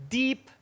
deep